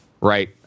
right